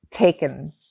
taken